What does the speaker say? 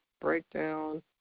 breakdown